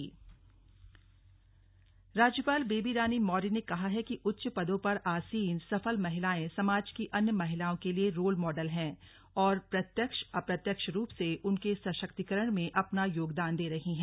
slug कार्यशाला राजभवन राज्यपाल बेबी रानी मौर्य ने कहा है कि उच्च पदों पर आसीन सफल महिलाएं समाज की अन्य महिलाओं के लिए रोल मॉडल हैं और प्रत्यक्ष अप्रत्यक्ष रूप से उनके सशक्तिकरण में अपना योगदान दे रही हैं